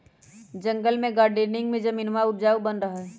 जंगल में गार्डनिंग में जमीनवा उपजाऊ बन रहा हई